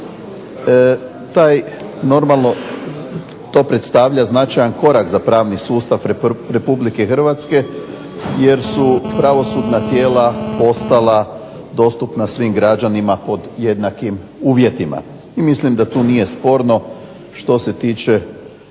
taj normalno, to predstavlja značajan korak za pravni sustav Republike Hrvatske jer su pravosudna tijela postala dostupna svim građanima pod jednakim uvjetima. I mislim da tu nije sporno što se tiče